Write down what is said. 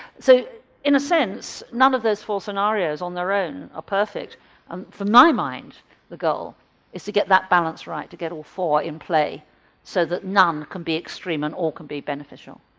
so in a sense none of those four scenarios on their own are perfect and for my mind the goal is to get that balance right, to get all four in play so that none can be extreme and all can be beneficial.